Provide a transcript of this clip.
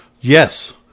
Yes